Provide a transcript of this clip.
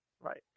right